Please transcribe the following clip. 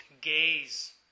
gaze